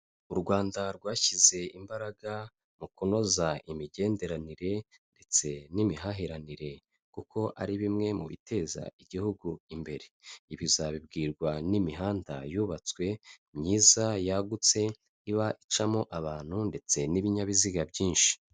U Rwanda rwashyize imbaraga mu kunoza imigenderanire ndetse n'imihahiranire, kuko ari bimwe mu biteza igihugu imbere. Ibi uzabibwirwa n'imihanda yubatswe myiza yagutse, iba icamo abantu ndetse n'ibinyabiziga byinshi.